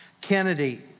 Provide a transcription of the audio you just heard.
Kennedy